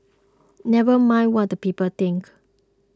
never mind what the people think